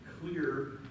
clear